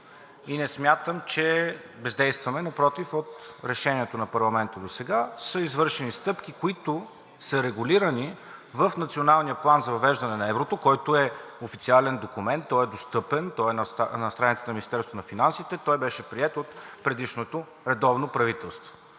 и не смятам, че бездействаме, напротив от Решението на парламента досега са извършени стъпки, които са регулирани в Националния план за въвеждането на еврото, който е официален документ. Той е достъпен, той е на страницата на Министерството на финансите и беше приет от предишното редовно правителство.